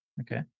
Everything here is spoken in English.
Okay